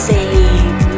Save